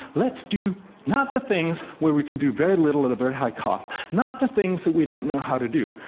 let's do not the things where we can do very little at a very high cost, not the things that we don't know how to do,